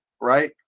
right